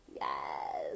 Yes